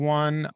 one